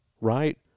right